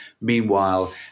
Meanwhile